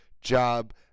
job